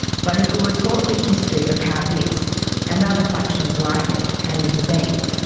but if we were taught the history of how this and other functions like it came into being,